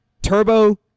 Turbo